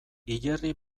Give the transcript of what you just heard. hilerri